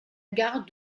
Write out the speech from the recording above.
gare